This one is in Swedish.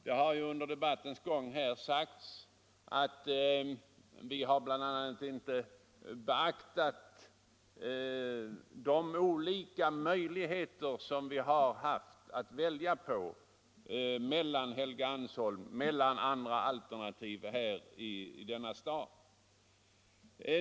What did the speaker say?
Det har ju under debattens gång sagts att vi har bl.a. inte beaktat de olika möjligheter som funnits att välja på när det gällt andra alternativ här i denna stad.